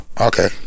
Okay